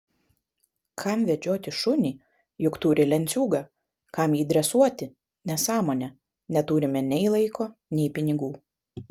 kam vedžioti šunį juk turi lenciūgą kam jį dresuoti nesąmonė neturime nei laiko nei pinigų